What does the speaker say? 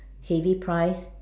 heavy price